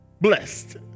blessed